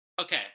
okay